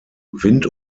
wind